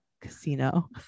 casino